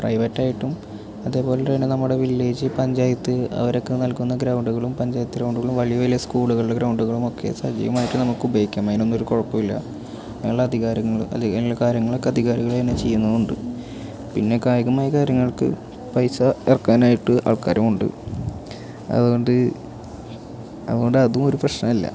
പ്രൈവറ്റായിട്ടും അതേപോലെതന്നെ നമ്മുടെ വില്ലേജ് പഞ്ചായത്ത് അവരൊക്കെ നൽകുന്ന ഗ്രൗണ്ടുകളും പഞ്ചായത്തു ഗ്രൗണ്ടുകളും വലിയ വലിയ സ്കൂളുകളുടെ ഗ്രൗണ്ടുകളുമൊക്കെ സജീവമായിട്ട് നമുക്കുപയോഗിയ്ക്കാം അതിനൊന്നുമൊരു കുഴപ്പമില്ല അതിനുള്ള അധികാരങ്ങൾ അല്ലെങ്കിൽ അതിനുള്ള കാര്യങ്ങളൊക്കെ അധികാരികൾ തന്നെ ചെയ്യുന്നുമുണ്ട് പിന്നെ കായികമായ കാര്യങ്ങൾക്ക് പൈസ ഇറക്കാനായിട്ട് ആൾക്കാരും ഉണ്ട് അതുകൊണ്ട് അതുകൊണ്ടതും ഒരൊപ്രശ്നമല്ല